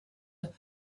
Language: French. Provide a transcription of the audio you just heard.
pour